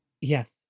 Yes